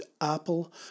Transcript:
Apple